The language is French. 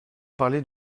parlez